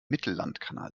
mittellandkanal